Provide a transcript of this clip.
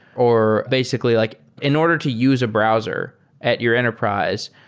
or basically like in order to use a browser at your enterprise,